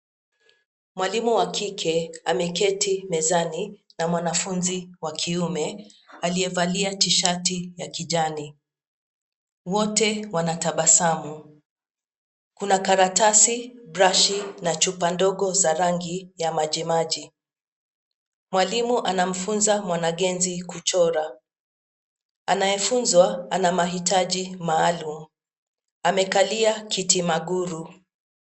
Mwalimu wa kike ameketi mezani na mwanafunzi wa kiume, aliyevalia tishati ya kijani. Wote wanatabasamu. Kuna karatasi, brashi na chupa ndogo za rangi ya majimaji. Mwalimu anamfunza mwanagenzi kuchora. Anayefunzwa ana mahitaji maalum. Amekalia kiti maguru.